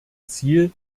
ziel